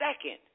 second